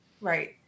Right